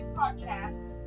podcast